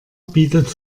bietet